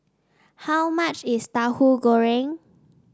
how much is Tahu Goreng